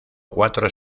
cuatro